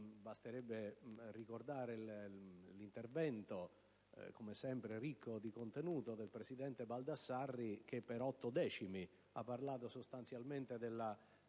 Basterebbe ricordare l'intervento, come sempre ricco di contenuto, del presidente Baldassarri, che per otto decimi ha parlato sostanzialmente dell'attesa